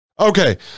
Okay